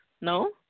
No